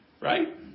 Right